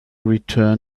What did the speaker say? return